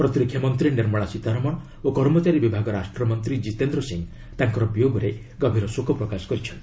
ପ୍ରତିରକ୍ଷା ମନ୍ତ୍ରୀ ନିର୍ମଳା ସୀତାରମଣ ଓ କର୍ମଚାରୀ ବିଭାଗ ରାଷ୍ଟ୍ରମନ୍ତ୍ରୀ କିତେନ୍ ସିଂ ତାଙ୍କର ବିୟୋଗରେ ଗଭୀର ଶୋକ ପ୍ରକାଶ କରିଛନ୍ତି